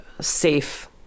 safe